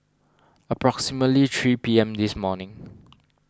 approximately three P M this morning